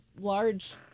large